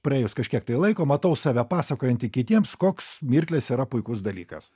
praėjus kažkiek tai laiko matau save pasakojantį kitiems koks mirklės yra puikus dalykas